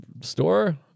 store